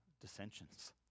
dissensions